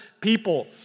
people